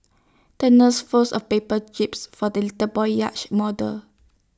the nurse folds A paper jibs for the little boy's yacht model